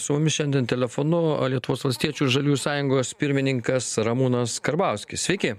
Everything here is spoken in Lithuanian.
su mumis šiandien telefonu o lietuvos valstiečių ir žaliųjų sąjungos pirmininkas ramūnas karbauskis sveiki